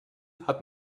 hat